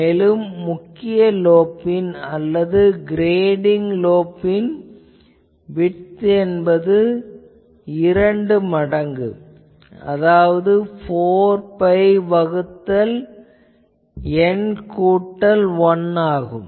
மேலும் முக்கிய லோப்பின் அல்லது கிரேடிங் லோப்பின் விட்த் என்பது இருமடங்கு அதாவது 4 பை வகுத்தல் N கூட்டல் 1 ஆகும்